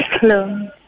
hello